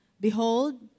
Behold